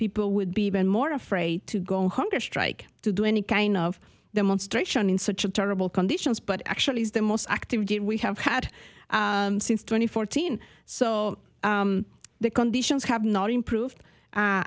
people would be even more afraid to go hunger strike to do any kind of demonstration in such a terrible conditions but actually is the most active good we have had since twenty fourteen so the conditions have not improved